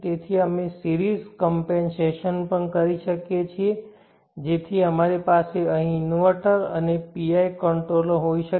તેથી અમે સિરીઝ કમ્પૅન્સેશનપણ કરી શકીએ છીએ જેથી અમારી પાસે અહીં ઇન્વર્ટર અને PI કંટ્રોલર હોઈ શકે